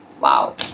Wow